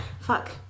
Fuck